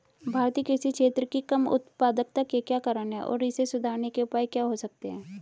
भारतीय कृषि क्षेत्र की कम उत्पादकता के क्या कारण हैं और इसे सुधारने के उपाय क्या हो सकते हैं?